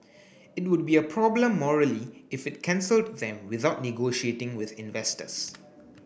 it would be a problem morally if it cancelled them without negotiating with investors